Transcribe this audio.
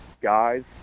guys